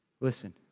Listen